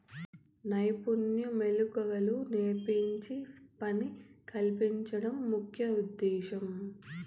నైపుణ్య మెళకువలు నేర్పించి పని కల్పించడం ముఖ్య ఉద్దేశ్యం